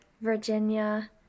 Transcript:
Virginia